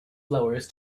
blowers